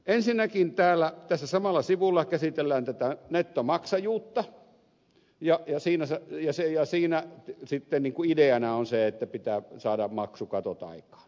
ensinnäkin tässä samalla sivulla käsitellään tätä nettomaksajuutta ja siinä sitten niin kuin ideana on se että pitää saada maksukatot aikaan